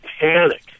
panic